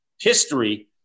history